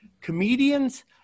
Comedians